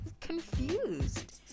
confused